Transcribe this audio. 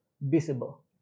visible